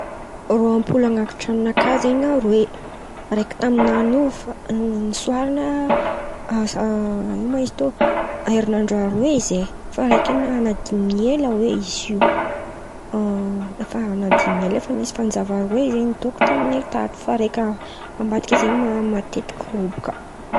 Rô ampoly an̈aty tran̈o nakà zen̈y aroe araiky amin̈any io nisoaran̈a herinandra aroe zay fa araiky in̈y nadin̈y ela oe izy io fa nisy fanjava aroe zen̈y nidôko taminay tato fa araiky ambadika zen̈y matetika robaka.